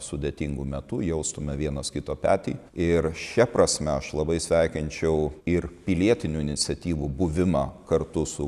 sudėtingu metu jaustume vienas kito petį ir šia prasme aš labai sveikinčiau ir pilietinių iniciatyvų buvimą kartu su